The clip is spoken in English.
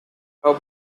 her